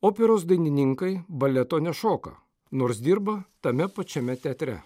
operos dainininkai baleto nešoka nors dirba tame pačiame teatre